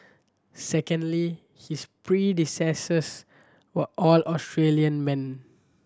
secondly his predecessors were all Australian men